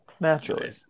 naturally